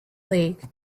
league